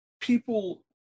people